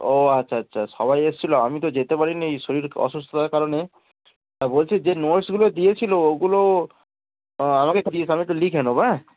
ও আচ্ছা আচ্ছা সবাই এসছিলো আমি তো যেতে পারি নি এই শরীর অসুস্থতার কারণে বলছি যে নোটসগুলো দিয়েছিলো ওগুলো আমাকে সামি তো লিখিয়েছে নোটস হ্যাঁ